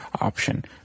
option